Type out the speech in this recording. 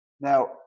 Now